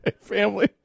family